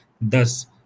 Thus